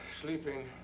sleeping